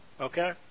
Okay